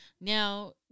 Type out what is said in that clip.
Now